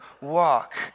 walk